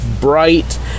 bright